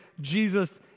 Jesus